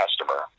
customer